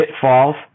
pitfalls